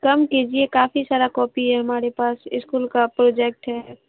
کم کیجیے کافی سارا کاپی ہے ہمارے پاس اسکول کا پروجیکٹ ہے